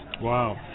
Wow